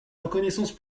reconnaissance